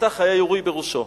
הנרצח היה ירוי בראשו.